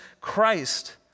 christ